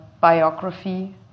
biography